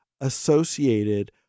associated